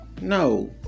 no